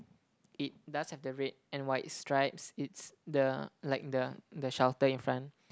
it does have the red and white stripes it's the like the the shelter in front